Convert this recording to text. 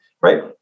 right